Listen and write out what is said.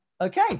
okay